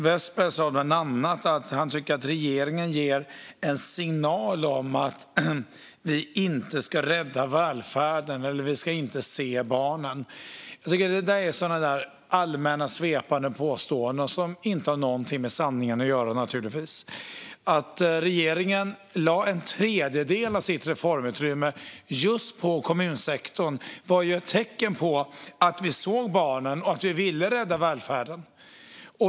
Vepsä sa bland annat att han tycker att regeringen ger en signal om att vi inte ska rädda välfärden eller att vi inte ska se barnen. Det är allmänna svepande påståenden som naturligtvis inte har något med sanningen att göra. Att regeringen lade en tredjedel av sitt reformutrymme just på kommunsektorn var ett tecken på att vi såg barnen och att vi ville rädda välfärden.